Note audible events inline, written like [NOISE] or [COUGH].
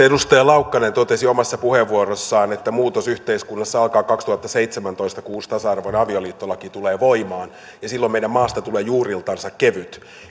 [UNINTELLIGIBLE] edustaja laukkanen totesi omassa puheenvuorossaan että muutos yhteiskunnassa alkaa kaksituhattaseitsemäntoista kun uusi tasa arvoinen avioliittolaki tulee voimaan ja silloin meidän maastamme tulee juuriltansa kevyt